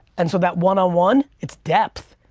and so that one on one, it's depth.